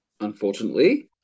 Unfortunately